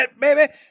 baby